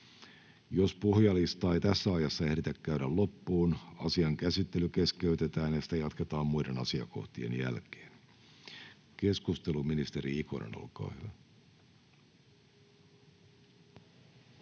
Jos puhujalistaa ei tässä ajassa ehditä käydä loppuun, asian käsittely keskeytetään ja sitä jatketaan muiden asiakohtien jälkeen. — Keskustelu, edustaja Piisinen, olkaa hyvä.